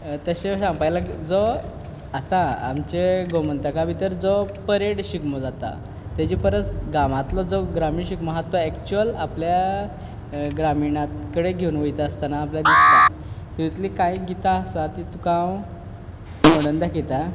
तशें सांगपा जाल्या जो आतां आमच्या गोमंतका भितर जो परेड शिगमो जाता तेजे परस गांवांतलो जो ग्रामीण शिगमो आसा तो एक्चुअल आपल्या ग्रामिणा कडेन घेवन वयता आसतना आपल्याक दिसता तितुतली कांय गितां आसा तीं तुका हांव म्हणोन दाखयतां